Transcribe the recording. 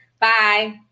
Bye